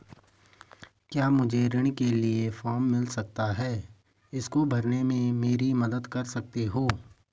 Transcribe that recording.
क्या मुझे ऋण के लिए मुझे फार्म मिल सकता है इसको भरने में मेरी मदद कर सकते हो?